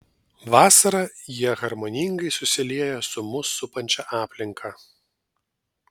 vasarą jie harmoningai susilieja su mus supančia aplinka